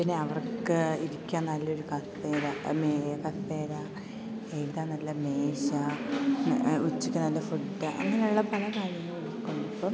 പിന്നെ അവർക്ക് ഇരിക്കാൻ നല്ലൊരു കസേര കസേര എഴുതാൻ നല്ല മേശ ഉച്ചയ്ക്ക് നല്ല ഫുഡ് അങ്ങനെയുള്ള പല കാര്യങ്ങളും കൊടുക്കുന്നുണ്ട് ഇപ്പം